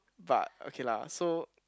but okay lah so